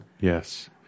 Yes